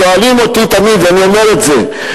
שואלים אותי תמיד, ואני אומר את זה,